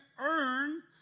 earn